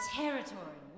territory